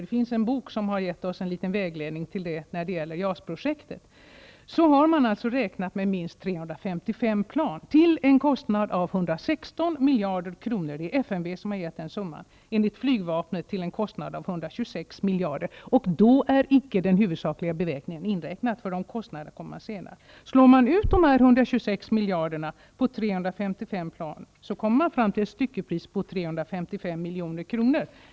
Det finns en bok som har gett oss en liten vägledning när det gäller JAS projektet. I den har gjorts kostnadsberäkningar baserade på uppgifter från bl.a. flygvapnet och FMV. Man har räknat med minst 355 plan till en kostnad av 116 miljarder kronor. Det är FMV som har uppgivit den summan. Enligt flygvapnet uppgår kostnaden till 126 miljarder kronor. Då är icke den huvudsakliga beväpningen inräknad. De kostnaderna kommer därutöver. Om man slår ut dessa 126 miljarder kronor på 355 plan kommer man fram till ett styckepris på 355 milj.kr.